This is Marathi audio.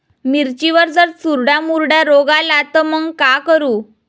मिर्चीवर जर चुर्डा मुर्डा रोग आला त मंग का करू?